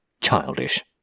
childish